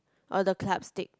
or the club stick